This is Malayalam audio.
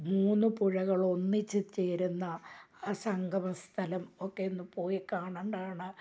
മൂന്ന് പുഴകൾ ഒന്നിച്ച് ചേരുന്ന ആ സംഗമ സ്ഥലം ഒക്കെ ഒന്ന് പോയി കാണേണ്ടതാണ്